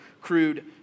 crude